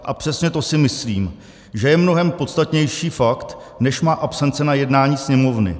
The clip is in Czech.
A přesně to si myslím, že je mnohem podstatnější fakt než má absence na jednání Sněmovny.